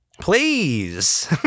Please